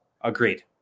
Agreed